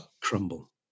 crumble